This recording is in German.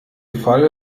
fall